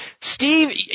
Steve